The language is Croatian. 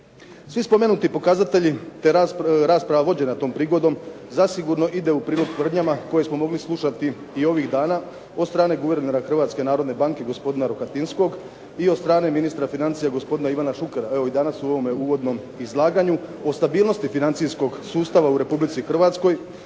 Svi spomenuti pokazatelji te rasprava vođena tom prigodom zasigurno ide u prilog tvrdnjama koje smo mogli slušati i ovih dana od strane guvernera Hrvatske narodne banke gospodina Rohatinskog i od strane ministra financija gospodina Ivana Šukera. Evo i danas u ovome uvodnom izlaganju o stabilnosti financijskog sustava u Republici Hrvatskoj